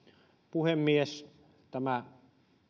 puhemies tämä